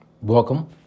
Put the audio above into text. Welcome